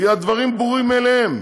כי הדברים ברורים מאליהם.